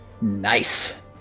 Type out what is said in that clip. Nice